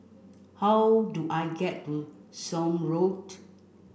how do I get to Somme Road